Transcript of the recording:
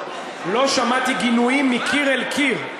לא שמעתי גינויים מקיר אל קיר.